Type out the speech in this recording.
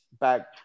back